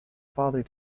father